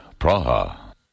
Praha